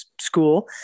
school